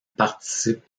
participent